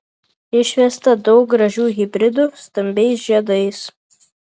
išvesta daug gražių hibridų stambiais žiedais